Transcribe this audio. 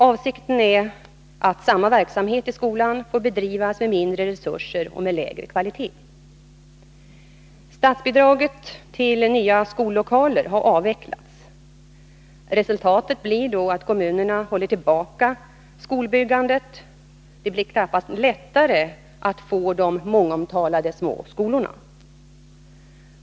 Avsikten är att samma verksamhet i skolan får bedrivas med mindre resurser och med lägre kvalitet. Statsbidraget till nya skollokaler har avvecklats. Resultatet blir då att kommunerna håller tillbaka skolbyggandet. Det blir knappast lättare att få de mångomtalade små skolorna.